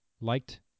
liked